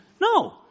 no